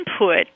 input